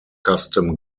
custom